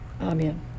Amen